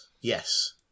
Yes